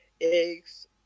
eggs